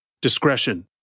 Discretion